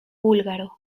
búlgaro